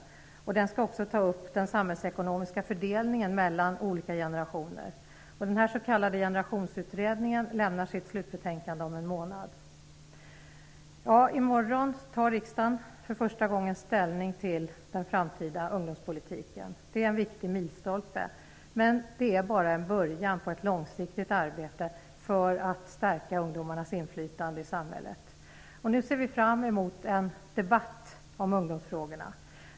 Utredningen skall även ta upp den samhällsekonomiska fördelningen mellan olika generationer. Den här s.k. generationsutredningen avlämnar sitt slutbetänkande om en månad. I morgon tar riksdagen för första gången ställning till den framtida ungdomspolitiken. Det är en viktig milstolpe. Men det är bara början på ett långsiktigt arbete för att stärka ungdomarnas inflytande i samhället. Nu ser vi fram emot en debatt om ungdomsfrågorna.